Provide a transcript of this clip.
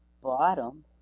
bottom